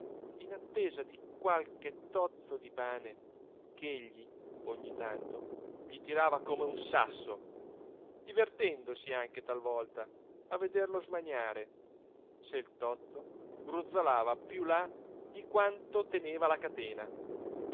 in attesa di qualche tozzo di pane ch'egli ogni tanto gli tirava come un sasso divertendosi anche talvolta a vederlo smaniare se il tozzo ruzzolava più là di quanto teneva la catena